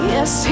Yes